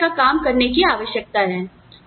उसी तरह का काम करने की आवश्यकता है